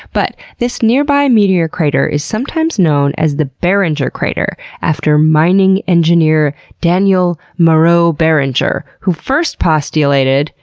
but, this nearby meteor crater is sometimes known as the barringer crater, after mining engineer daniel moreau barringer, who first postulated,